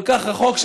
כל כך רחוק,